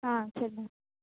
ஆ சரி மேம்